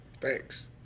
Thanks